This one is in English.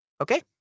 Okay